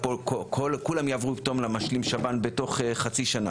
כולם יעברו פתאום למשלים שב"ן בתוך חצי שנה,